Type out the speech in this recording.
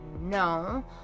No